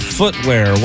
footwear